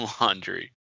laundry